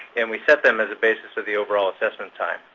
and we set them as a basis of the overall assessment time,